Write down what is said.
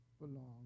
belong